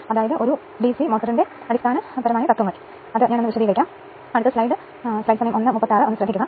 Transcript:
അതിനാൽ ഈ കാര്യത്തിന്റെ അനുപാതം x നൽകിക്കൊണ്ട് ലോഡിംഗ് ഘടകം പറയുന്നു